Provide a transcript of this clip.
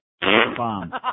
bomb